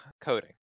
coding